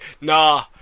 nah